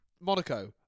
Monaco